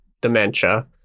dementia